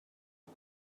اون